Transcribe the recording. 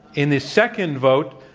in the second vote,